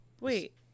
wait